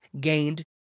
gained